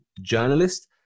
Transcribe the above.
journalist